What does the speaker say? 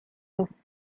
his